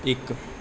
ਇੱਕ